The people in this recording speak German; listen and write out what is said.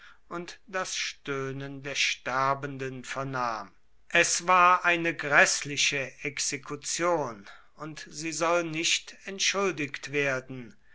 und das stöhnen der sterbenden vernahm es war eine gräßliche exekution und sie soll nicht entschuldigt werden